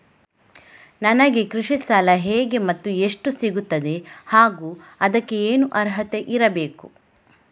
ನನಗೆ ಕೃಷಿ ಸಾಲ ಹೇಗೆ ಮತ್ತು ಎಷ್ಟು ಸಿಗುತ್ತದೆ ಹಾಗೂ ಅದಕ್ಕೆ ಏನು ಅರ್ಹತೆ ಇರಬೇಕು?